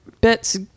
bits